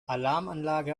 alarmanlage